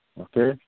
okay